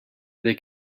they